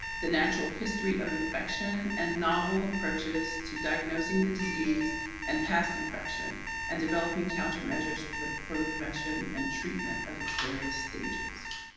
the natural history of infection and novel approaches to diagnosing the disease and past infection and developing countermeasures for the for the prevention and treatment of various stages.